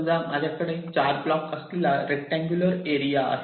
समजा माझ्याकडे 4 ब्लॉक असलेला रेक्टांगुलर एरिया आहे